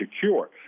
secure –